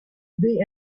the